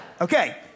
Okay